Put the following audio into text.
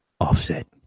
Offset